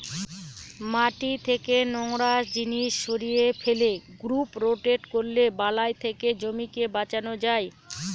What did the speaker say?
মাটি থেকে নোংরা জিনিস সরিয়ে ফেলে, ক্রপ রোটেট করলে বালাই থেকে জমিকে বাঁচানো যায়